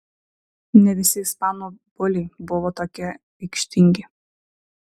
ne visi ispanų buliai buvo tokie aikštingi